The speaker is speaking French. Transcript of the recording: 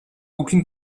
aucune